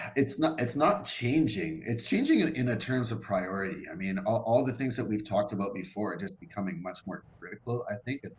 it's not it's not changing. it's changing ah in ah terms of priority. i mean, all the things that we've talked about before it's just becoming much more critical. i think,